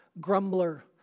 grumbler